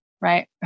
right